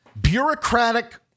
bureaucratic